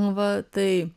va tai